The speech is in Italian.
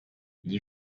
gli